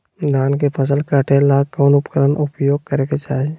धान के फसल काटे ला कौन उपकरण उपयोग करे के चाही?